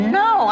no